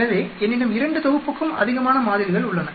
எனவே என்னிடம் 2 தொகுப்புக்கும் அதிகமான மாதிரிகள் உள்ளன